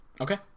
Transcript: Okay